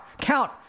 count